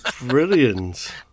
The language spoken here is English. Brilliant